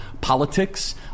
politics